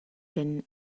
been